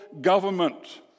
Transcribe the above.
government